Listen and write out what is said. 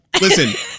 Listen